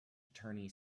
attorney